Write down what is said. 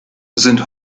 sind